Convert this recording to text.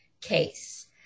case